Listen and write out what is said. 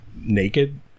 naked